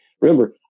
Remember